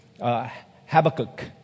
Habakkuk